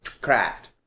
craft